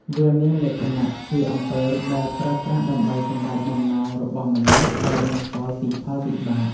វាមានលក្ខណៈជាអំពើដែលប្រើប្រាស់ដើម្បីសម្រេចបំណងរបស់មនុស្សដោយមិនខ្វល់ពីផលវិបាក។